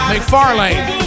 McFarlane